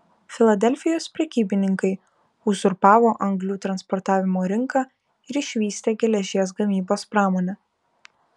filadelfijos prekybininkai uzurpavo anglių transportavimo rinką ir išvystė geležies gamybos pramonę